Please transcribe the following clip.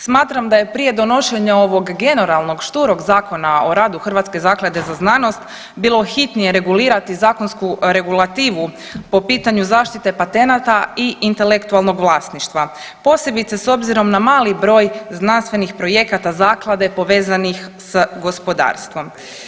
Smatram da je prije donošenja ovog generalnog šturog zakona o radu HRZZ-a bilo hitnije regulirati zakonsku regulativu po pitanju zaštite patenata i intelektualnog vlasništva, posebice s obzirom na mali broj znanstvenih projekata zaklade povezanih s gospodarstvom.